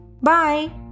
Bye